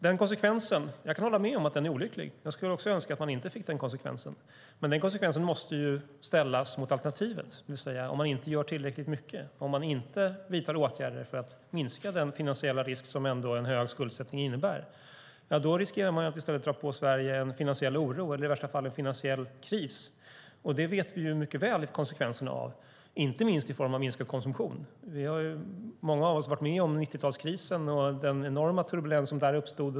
Jag kan hålla med om att den konsekvensen är olycklig. Jag skulle också önska att man inte fick den konsekvensen. Men den konsekvensen måste ställas mot alternativet. Om man inte gör tillräckligt mycket och inte vidtar åtgärder för att minska den finansiella risk som en hög skuldsättning ändå innebär riskerar man att i stället dra på Sverige en finansiell oro, eller i värsta fall en finansiell kris. Det vet vi mycket väl konsekvenserna av, inte minst i form av minskad konsumtion. Vi har många av oss varit med om 90-talskrisen och den enorma turbulens som där uppstod.